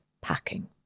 packing